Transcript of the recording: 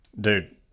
dude